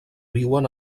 viuen